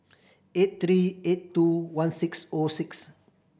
eight three eight two one six O six